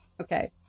Okay